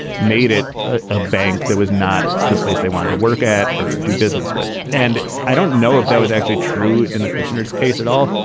made it a bank that was not the place they want to work at or do business with. and i don't know if that was actually true in the kushner's case at all.